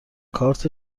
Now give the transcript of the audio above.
کارت